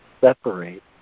separate